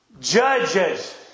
judges